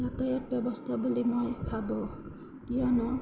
যাতায়ত ব্যৱস্থা বুলি মই ভাবোঁ কিয়নো